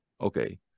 Okay